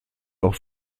auch